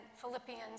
Philippians